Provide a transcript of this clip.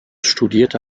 studierte